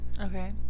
okay